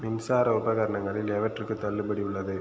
மின்சார உபகரணங்களில் எவற்றுக்கு தள்ளுபடி உள்ளது